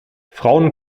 frauen